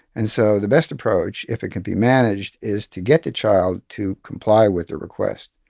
and so the best approach, if it can be managed, is to get the child to comply with the request.